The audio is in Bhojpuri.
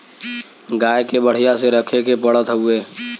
गाय के बढ़िया से रखे के पड़त हउवे